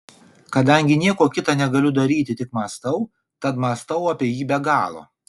kadangi nieko kita negaliu daryti tik mąstau tad mąstau apie jį be galo